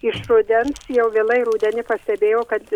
iš rudens jau vėlai rudenį pastebėjau kad